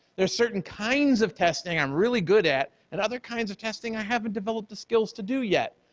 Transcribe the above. there are certain kinds of testing i'm really good at, and other kinds of testing i haven't develop the skills to do yet,